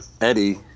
eddie